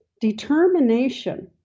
Determination